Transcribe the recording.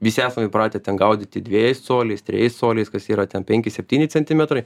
visi esam įpratę ten gaudyti dvejais coliais trejais coliais kas yra ten penki septyni centimetrai